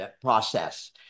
process